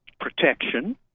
protection